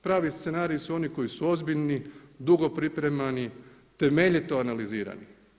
Pravi scenariji su oni koji su ozbiljni, dugo pripremani, temeljito analizirani.